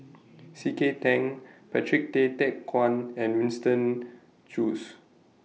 C K Tang Patrick Tay Teck Guan and Winston Choos